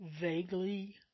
Vaguely